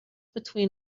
between